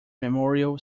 memorial